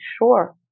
sure